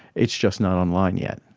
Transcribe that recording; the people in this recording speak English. it's just not online yet.